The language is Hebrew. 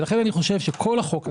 לכן אני חושב שכל החוק הזה,